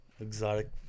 exotic